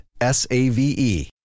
S-A-V-E